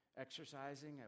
exercising